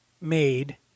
made